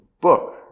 book